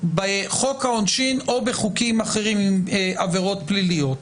בחוק העונשין או בחוקים אחרים עם עבירות פליליות,